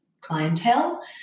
clientele